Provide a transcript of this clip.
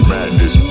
Madness